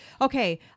Okay